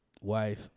wife